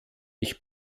ich